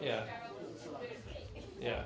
yeah yeah